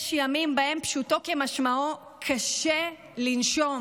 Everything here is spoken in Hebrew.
יש ימים שבהם, פשוטו כמשמעו, קשה לנשום.